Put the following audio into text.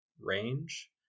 range